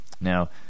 Now